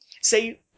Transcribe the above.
say